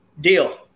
deal